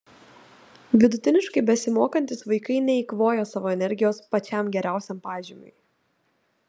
vidutiniškai besimokantys vaikai neeikvoja savo energijos pačiam geriausiam pažymiui